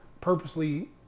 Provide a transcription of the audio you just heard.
purposely